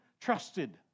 trusted